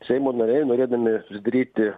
seimo nariai norėdami susidaryti